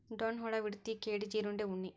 ಡೋಣ ಹುಳಾ, ವಿಡತಿ, ಕೇಡಿ, ಜೇರುಂಡೆ, ಉಣ್ಣಿ